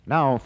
Now